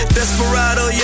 Desperado